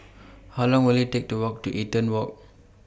How Long Will IT Take to Walk to Eaton Walk